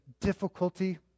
difficulty